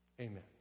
Amen